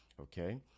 okay